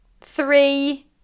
three